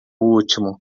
último